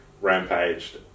rampaged